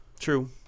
True